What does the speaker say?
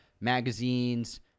magazines